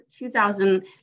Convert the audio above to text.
2000